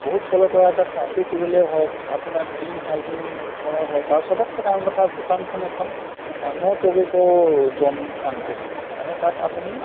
বহুত ফ'ল' কৰা হয় তাত ট্ৰাফিক ৰুলেই হওক আপোনাৰ ক্লিন হাইজিন কৰাই হওক আৰু চবতকৈ ডাঙৰ কথা ভূটানখন এখন ন' ট'বেক' জ'ন কাউণ্ট্ৰি মানে তাত আপুনি